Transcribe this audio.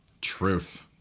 Truth